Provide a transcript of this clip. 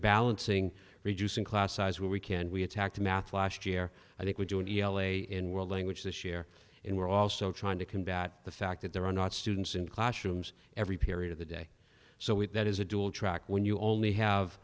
balancing reducing class size where we can we attack to math last year i think we do in l a in world language this year and we're also trying to combat the fact that there are not students in classrooms every period of the day so if that is a dual track when you only have